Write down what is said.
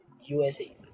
usa